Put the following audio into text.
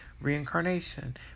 reincarnation